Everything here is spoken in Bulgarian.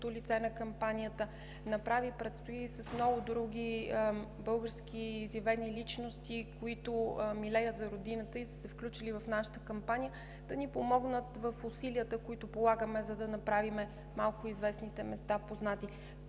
като лице на кампанията, предстоят и с много други български изявени личности, които милеят за родината и са се включили в нашата кампания да ни помогнат в усилията, които полагаме, за да направим малко известните места познати.